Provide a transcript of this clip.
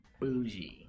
Bougie